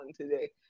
today